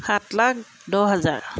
সাত লাখ দহ হাজাৰ